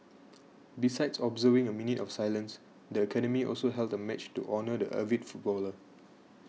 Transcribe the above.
besides observing a minute of silence the academy also held a match to honour the avid footballer